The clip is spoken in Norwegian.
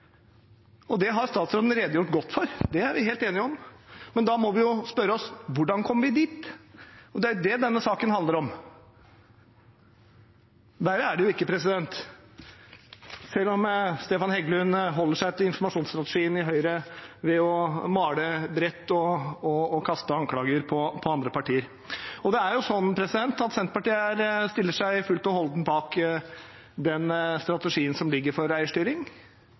Det har statsråden redegjort godt for, det er vi helt enige om, men da må vi jo spørre oss: Hvordan kom vi dit? Det er det denne saken handler om. Verre er det ikke – selv om Stefan Heggelund holder seg til informasjonsstrategien i Høyre ved å male bredt og kaste anklager mot andre partier. Det er sånn at Senterpartiet stiller seg helt og holdent bak den strategien som ligger for eierstyring,